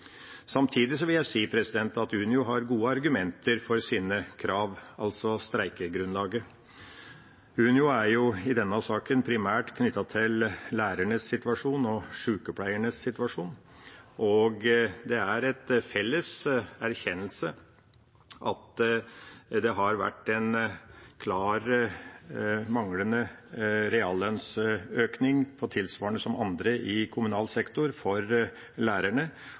vil jeg si at Unio har gode argumenter for sine krav, altså streikegrunnlaget. Unio er i denne saken primært knyttet til lærernes og sykepleiernes situasjon, og det er en felles erkjennelse av at det har vært en klar manglende reallønnsøkning – på tilsvarende nivå som for andre i kommunal sektor – for lærerne,